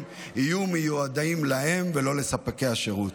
יהיו מיועדים להם ולא לספקי השירות.